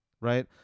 Right